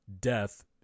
death